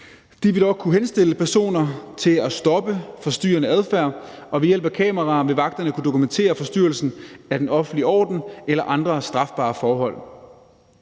De vil dog kunne henstille til personer om at stoppe forstyrrende adfærd, og ved hjælp af kameraer vil vagterne kunne dokumentere forstyrrelsen af den offentlige orden eller andre strafbare forhold.